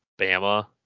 Bama